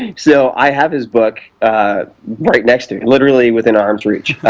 so i have his book right next to me, literally within arm's reach,